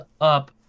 up